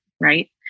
right